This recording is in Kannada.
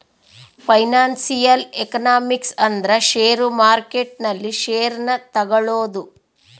ಫೈನಾನ್ಸಿಯಲ್ ಎಕನಾಮಿಕ್ಸ್ ಅಂದ್ರ ಷೇರು ಮಾರ್ಕೆಟ್ ನಲ್ಲಿ ಷೇರ್ ನ ತಗೋಳೋದು